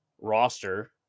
roster